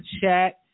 chat